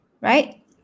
Right